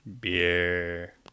beer